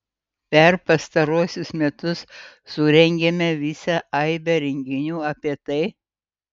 per pastaruosius metus surengėme visą aibę renginių apie tai